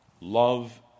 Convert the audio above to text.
Love